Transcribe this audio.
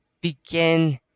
begin